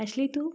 अश्ली तू